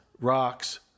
rocks